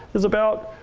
is about